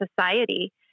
society